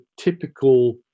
typical